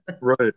right